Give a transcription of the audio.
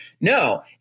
No